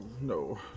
No